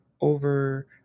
over